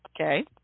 okay